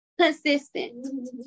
Consistent